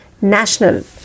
National